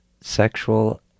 sexual